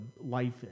life